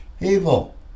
evil